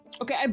Okay